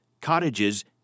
cottages